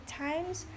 times